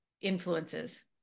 influences